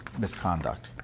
misconduct